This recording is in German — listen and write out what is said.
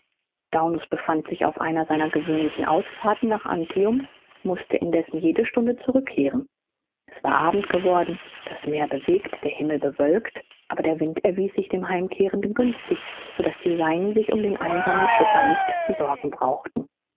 daunus befand sich auf einer seiner gewöhnlichen ausfahrten nach antium mußte indessen jede stunde zurückkehren es war abend geworden das meer bewegt der himmel bewölkt aber der wind erwies sich dem heimkehrenden günstig so daß die seinen sich um den einsamen schiffer nicht zu sorgen brauchten